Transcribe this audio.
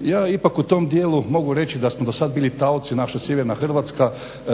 Ja ipak u tom dijelu mogu reći da smo do sad bili taoci, naša sjeverna Hrvatska